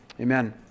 Amen